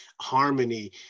harmony